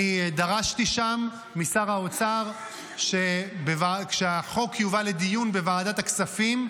דרשתי שם משר האוצר שכשהחוק יובא לדיון בוועדת הכספים,